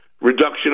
Reduction